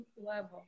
level